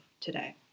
today